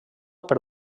per